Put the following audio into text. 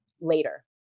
later